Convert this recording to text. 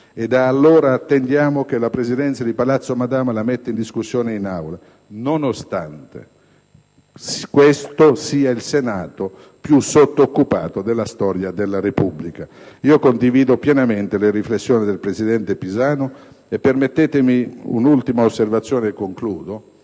e da allora attendiamo ancora che la Presidenza di Palazzo Madama la metta in discussione in Aula. Nonostante questo sia il Senato più sottoccupato della storia della Repubblica». Io condivido pienamente la riflessione del presidente Pisanu, e consentitemi anche di formulare un'ultima